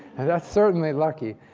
and that's certainly lucky.